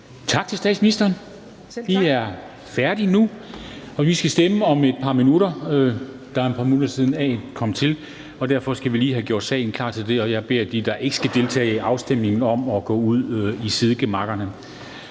Selv tak). Vi er færdige nu, og vi skal stemme om et par minutter. Det er blevet kaldt til afstemning, og derfor skal vi lige have salen gjort klar til det. Jeg beder dem, der ikke skal deltage i afstemningen, om at gå ud i sidegemakkerne.